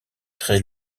très